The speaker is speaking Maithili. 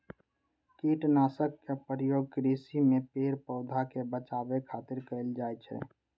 कीटनाशक के प्रयोग कृषि मे पेड़, पौधा कें बचाबै खातिर कैल जाइ छै